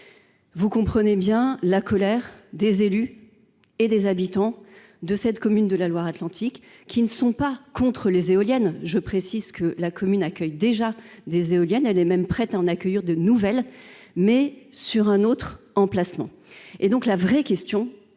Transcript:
Vous comprendrez donc la colère des élus et des habitants de cette commune de Loire-Atlantique, qui ne sont pas contre les éoliennes- je précise que la commune accueille déjà des éoliennes et est même prête à en accueillir d'autres, mais sur un autre emplacement. La véritable question